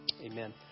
Amen